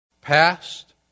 Past